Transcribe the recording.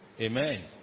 Amen